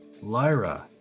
Lyra